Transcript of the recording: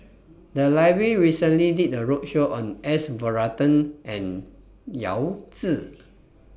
The Library recently did A roadshow on S Varathan and Yao Zi